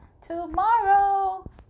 tomorrow